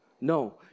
No